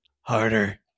harder